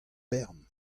bern